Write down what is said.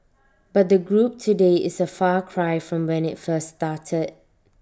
but the group today is A far cry from when IT first started